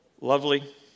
Lovely